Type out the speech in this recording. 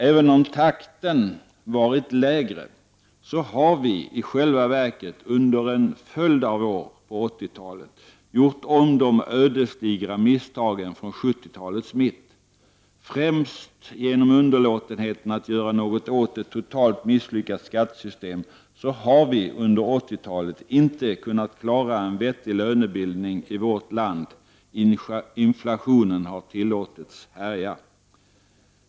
Även om takten varit lägre, har vi i själva verket under en följd av år på 80-talet gjort om de ödesdigra misstagen från 70-talets mitt. Främst genom underlåtenheten att göra något åt ett totalt misslyckat skattesystem har vi under 80-talet inte kunnat klara en vettig lönebildning i vårt land. Inflationen har tillåtits härja.